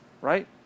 right